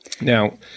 Now